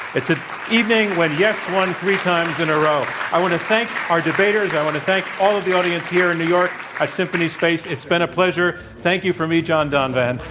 it's an evening when yes won three times in a row. i want to thank our debaters. i want to thank all of the audience here in new york at symphony space. it's been a pleasure. thank you from me, john donvan.